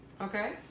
Okay